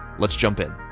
let's jump in.